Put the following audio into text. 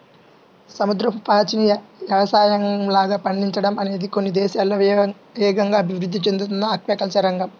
సముద్రపు పాచిని యవసాయంలాగా పండించడం అనేది కొన్ని దేశాల్లో వేగంగా అభివృద్ధి చెందుతున్న ఆక్వాకల్చర్ రంగం